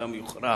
ושם יוכרע